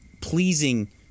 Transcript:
pleasing